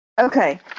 Okay